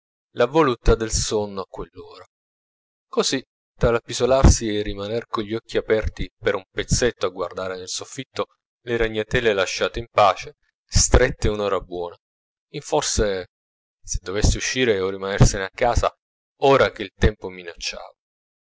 la voluttà del sonno a quell'ora così tra l'appisolarsi e il rimaner cogli occhi aperti per un pezzetto a guardar nel soffitto le ragnatele lasciate in pace stette un'ora buona in forse se dovesse uscire o rimanersene a casa ora che il tempo minacciava